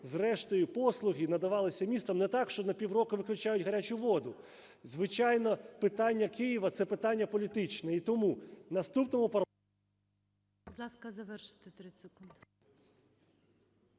зрештою послуги надавалися містом не так, що на півроку виключають гарячу воду. Звичайно, питання Києва – це питання політичне.